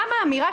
גם האמירה,